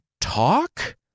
talk